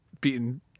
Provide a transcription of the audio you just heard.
beaten